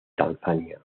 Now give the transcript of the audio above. tanzania